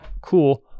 cool